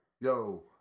yo